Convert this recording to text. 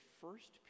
first